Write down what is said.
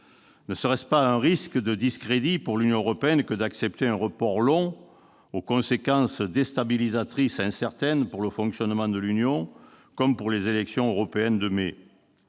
Ne serait-ce pas un risque de discrédit pour l'Union européenne que d'accepter un report long aux conséquences déstabilisatrices incertaines pour le fonctionnement de l'Union comme pour les élections européennes de mai ?